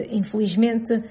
infelizmente